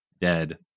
Dead